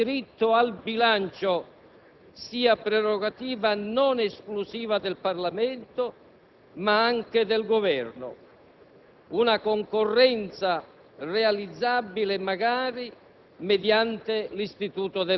che il combinato disposto degli articoli 70 e 76 della norma costituzionale non consente di dedurre, o anche soltanto di far balenare la possibilità,